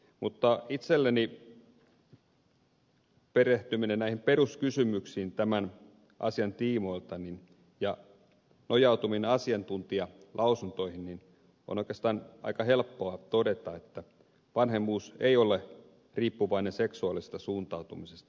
mutta itselleni perehdyttyäni näihin peruskysymyksiin tämän asian tiimoilta ja nojauduttuani asiantuntijalausuntoihin on oikeastaan aika helppoa todeta että vanhemmuus ei ole riippuvainen seksuaalisesta suuntautumisesta